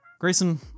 Grayson